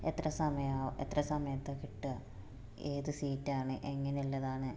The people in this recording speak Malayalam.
എത്ര സമയമാണ് എത്ര സമയത്താണ് കിട്ടുക ഏത് സീറ്റ് ആണ് എങ്ങനെ ഉള്ളതാണ്